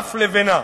אף לבנה,